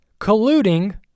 colluding